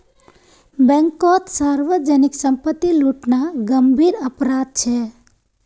बैंककोत सार्वजनीक संपत्ति लूटना गंभीर अपराध छे